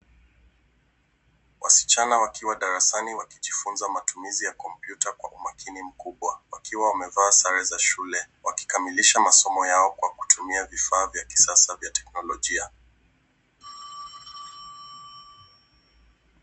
Wasichana wakiwa darasani wakijifunza matumizi ya kompyuta kwa umakini mkubwa wakiwa wamevaa sare za shule wakikamilisha masomo yao kwa kutumia vifaa vya kisasa vya teknolojia.